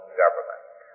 government